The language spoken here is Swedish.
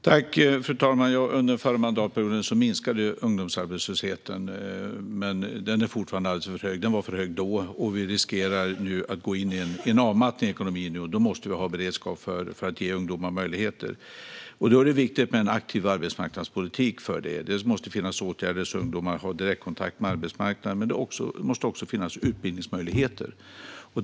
Fru talman! Under förra mandatperioden minskade ungdomsarbetslösheten, även om den fortfarande är alldeles för hög. Den var för hög då, och vi riskerar nu att gå in i en avmattning i ekonomin, och då måste vi ha beredskap för att ge ungdomar möjligheter. Då är det viktigt med en aktiv arbetsmarknadspolitik. Det måste finnas åtgärder så att ungdomar har direktkontakt med arbetsmarknaden, och det måste också finnas utbildningsmöjligheter.